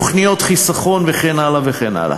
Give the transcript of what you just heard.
תוכניות חיסכון וכן הלאה וכן הלאה.